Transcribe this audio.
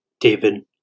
David